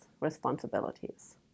responsibilities